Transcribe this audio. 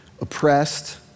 oppressed